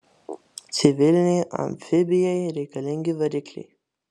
civilinei amfibijai reikalingi varikliai